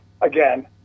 again